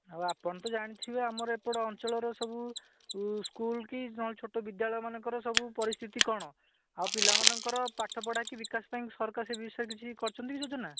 ଆଉ ଆପଣ ତ ଜାଣିଥିବେ ଆମର ଏପଟ ଅଞ୍ଚଳର ସବୁ ସ୍କୁଲ୍ କି ଛୋଟ ବିଦ୍ୟାଳୟମାନଙ୍କର ସବୁ ପରିସ୍ଥିତି କ'ଣ ଆଉ ପିଲାମାନଙ୍କର ପାଠପଢ଼ା କି ବିକାଶ ପାଇଁ ସରକାର ସେ ବିଷୟରେ କିଛି କରିଛନ୍ତି କି ଯୋଜନା